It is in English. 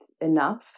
enough